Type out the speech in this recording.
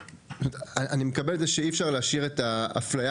אני מקבל את זה שאי-אפשר להשאיר את האפליה